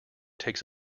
takes